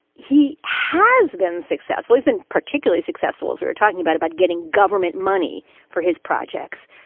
he has been successful. he's been particularly successful, as we are talking about, about getting government money for his projects,